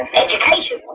and education.